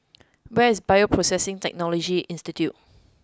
where is Bioprocessing Technology Institute